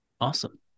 Awesome